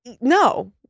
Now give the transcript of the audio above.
No